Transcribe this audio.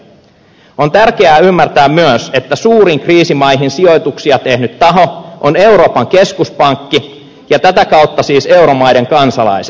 on tärkeää ymmärtää myös että suurin kriisimaihin sijoituksia tehnyt taho on euroopan keskuspankki ja tätä kautta siis euromaiden kansalaiset